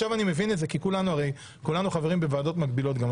כולנו חברים בוועדות מקבילות.